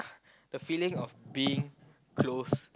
the feeling of being close